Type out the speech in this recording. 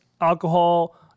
alcohol